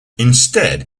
instead